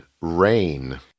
Rain